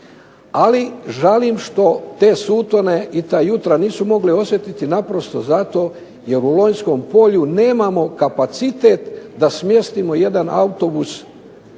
ali žalim što te sutone i ta jutra nisu mogli osjetiti naprosto zato jer u Lonjskom polju nemamo kapacitet da smjestimo jedan autobus